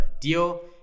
deal